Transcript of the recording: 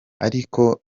ariko